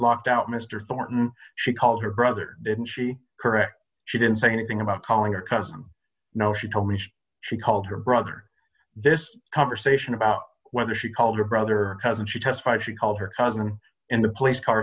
locked out mr thornton she called her brother and she correct she didn't say anything about calling her cousin no she told me she called her brother this conversation about whether she called her brother cousin she testified she called her cousin in the place car